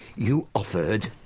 you offered.